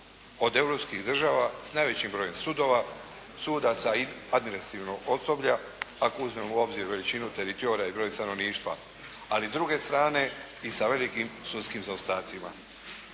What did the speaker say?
od europskim država s najvećim brojem sudova, sudaca i administrativnog osoblja ako uzmemo u obzir veličinu teritorija i broj stanovništva, ali s druge strane i sa velikim sudskim zaostacima.